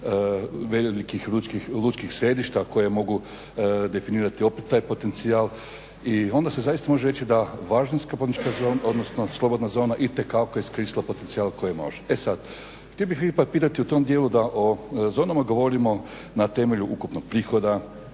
velikih lučkih središta koje mogu definirati opet taj potencijal i onda se zaista može reći da varaždinska slobodna zona itekako je iskoristila potencijal koji može. E sad htio bih ipak pitati u tom dijelu da o zonama govorimo na temelju ukupnog prihoda